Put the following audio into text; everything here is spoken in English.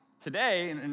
today